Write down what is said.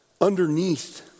Underneath